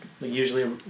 Usually